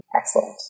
excellent